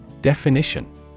Definition